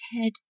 head